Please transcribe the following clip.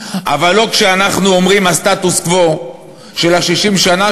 אבל לא כשאנחנו אומרים "הסטטוס-קוו של 60 שנה",